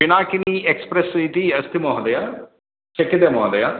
Pinakini express इति अस्ति महोदय शक्यते महोदय